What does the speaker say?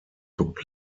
took